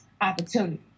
opportunity